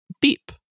beep